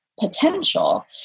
potential